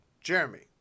Jeremy